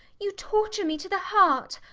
you torture me to the heart!